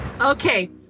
Okay